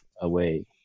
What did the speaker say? away